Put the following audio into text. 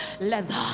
leather